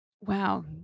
Wow